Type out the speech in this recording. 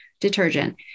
detergent